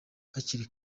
hakiri